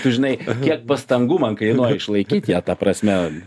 tu žinai kiek pastangų man kainuoja išlaikyt ją ta prasme